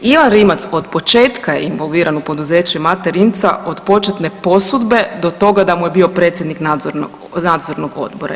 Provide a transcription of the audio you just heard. Ivan Rimac od početka je involviran u poduzeće Mate Rimca od početne posudbe do toga da mu je bio predsjednik nadzornog odbora.